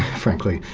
frankly.